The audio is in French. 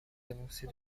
avancées